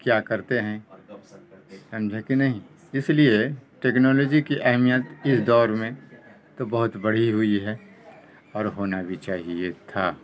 کیا کرتے ہیں سمجھے کہ نہیں اس لیے ٹیکنالوجی کی اہمیت اس دور میں تو بہت بڑھی ہوئی ہے اور ہونا بھی چاہیے تھا